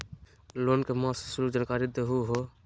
Loan के मासिक शुल्क के जानकारी दहु हो?